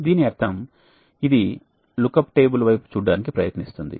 దీని అర్థం ఇది లుక్అప్ టేబుల్ వైపు చూడటానికి ప్రయత్నిస్తుంది